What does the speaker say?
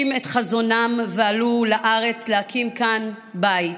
את חזונם ועלו לארץ להקים כאן בית.